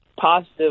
positive